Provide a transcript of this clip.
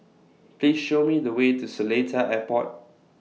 Please Show Me The Way to Seletar Airport